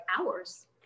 hours